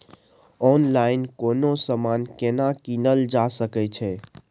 Online कोनो समान केना कीनल जा सकै छै?